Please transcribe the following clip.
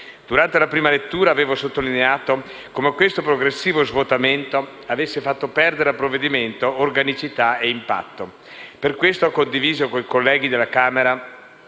Durante la prima lettura avevo sottolineato come questo progressivo svuotamento avesse fatto perdere al provvedimento organicità e impatto. Per questo ho condiviso con i colleghi della Camera